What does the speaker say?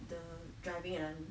the driving and